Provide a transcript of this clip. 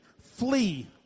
Flee